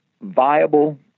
viable